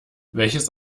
welches